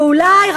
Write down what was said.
ואולי,